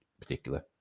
particular